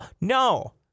No